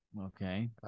okay